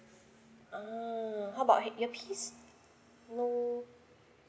uh how about ear~ earpiece no